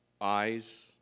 eyes